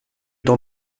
t’en